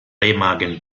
remagen